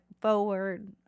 forward